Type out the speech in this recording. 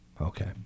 okay